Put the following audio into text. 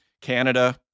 Canada